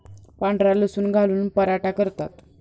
पांढरा लसूण घालून पराठा करतात